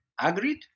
agreed